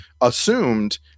assumed